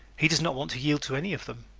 he does not want to yield to any of them.